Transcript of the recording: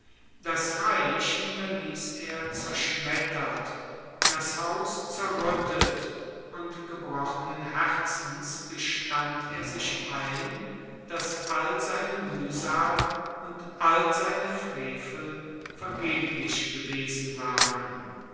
das reich hinterliess er zerschmettert das haus zerruettet und gebrochenen herzens gestand er sich ein dass all seine muehsal und all seine frevel vergeblich gewesen waren